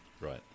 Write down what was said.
Right